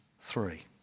three